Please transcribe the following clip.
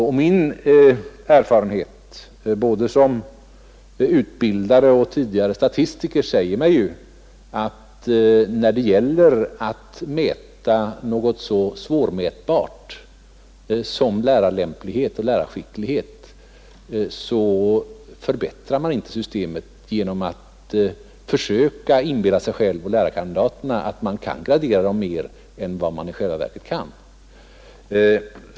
Och min egen erfarenhet, både som utbildare och tidigare statistiker, säger mig att när det gäller att mäta något så svårmätbart som lärarlämplighet och lärarskicklighet, förbättrar man inte systemet genom att försöka att inbilla sig själv och lärarkandidaterna att man kan gradera dem mer än vad man i själva verket kan.